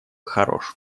хорош